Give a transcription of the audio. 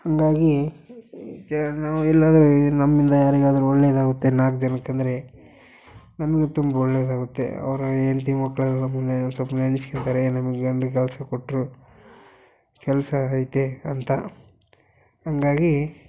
ಹಾಗಾಗಿ ನಾವು ಎಲ್ಲಾದರೂ ನಮ್ಮಿಂದ ಯಾರಿಗಾದ್ರೂ ಒಳ್ಳೆಯದಾಗುತ್ತೆ ನಾಲ್ಕು ಜನಕ್ಕೆ ಅಂದರೆ ನಮಗೂ ತುಂಬ ಒಳ್ಳೆಯದಾಗುತ್ತೆ ಅವರ ಹೆಂಡತಿ ಮಕ್ಕಳೆಲ್ಲ ಸ್ವಲ್ಪ ನೆನೆಸ್ಕೋತಾರೆ ನಮ್ಮ ಗಂಡಂಗ್ ಕೆಲಸ ಕೊಟ್ಟರು ಕೆಲಸ ಐತೆ ಅಂತ ಹಾಗಾಗಿ